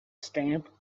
stamp